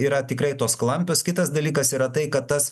yra tikrai tos klampios kitas dalykas yra tai kad tas